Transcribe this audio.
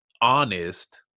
honest